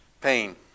pain